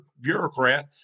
bureaucrat